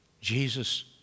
Jesus